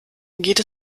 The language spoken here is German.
geht